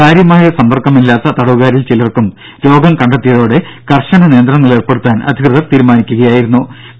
കാര്യമായ സമ്പർക്കമില്ലാത്ത തടവുകാരിൽ ചിലർക്കും രോഗം കണ്ടെത്തിയതോടെ കർശന നിയന്ത്രണങ്ങൾ ഏർപ്പെടുത്താൻ അധികൃതർ തീരുമാനിച്ചു